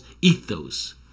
ethos